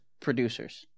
producers